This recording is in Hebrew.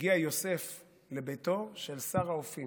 הגיע יוסף לביתו של שר האופים,